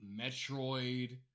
Metroid